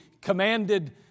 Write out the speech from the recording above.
commanded